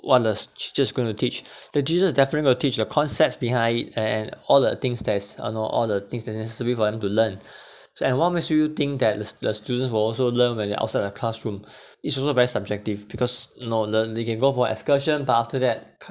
what the t~ teachers going to teach the teacher is definitely going to teach the concept behind it and and all the things that is uh know all the things that necessary for them to learn and so what makes you think that the s~ the students will also learn when they're outside the classroom is also very subjective because you know they can go for excursion but after that c~